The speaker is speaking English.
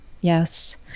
yes